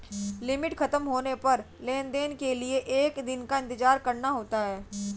limit खत्म होने पर लेन देन के लिए एक दिन का इंतजार करना होता है